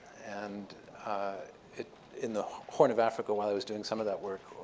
and in the horn of africa while i was doing some of that work,